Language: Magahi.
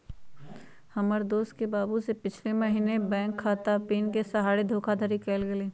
हमर दोस के बाबू से पिछले महीने बैंक खता आऽ पिन के सहारे धोखाधड़ी कएल गेल